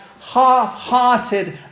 half-hearted